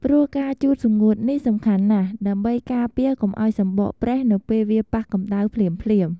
ព្រោះការជូតសម្ងួតនេះសំខាន់ណាស់ ដើម្បីការពារកុំឱ្យសំបកប្រេះនៅពេលវាប៉ះកម្តៅភ្លាមៗ។